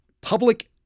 public